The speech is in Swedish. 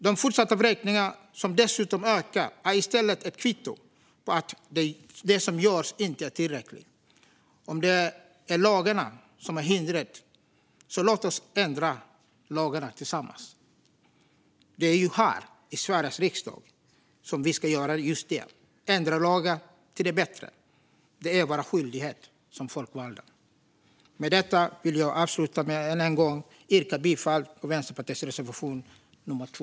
De fortsatta vräkningarna, som dessutom ökar, är i stället ett kvitto på att det som görs inte är tillräckligt. Om det är lagarna som är hindret så låt oss ändra lagarna tillsammans. Det är ju här, i Sveriges riksdag, som vi ska göra just det: ändra lagar till det bättre. Det är vår skyldighet som folkvalda. Med detta vill jag avsluta med att än en gång yrka bifall till Vänsterpartiets reservation nummer 2.